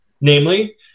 namely